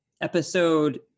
Episode